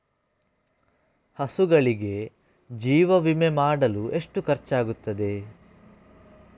ಹಸುಗಳಿಗೆ ಜೀವ ವಿಮೆ ಮಾಡಲು ಎಷ್ಟು ಖರ್ಚಾಗುತ್ತದೆ?